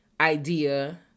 idea